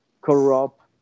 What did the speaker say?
corrupt